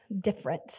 different